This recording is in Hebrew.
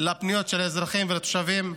לפניות האזרחים והתושבים,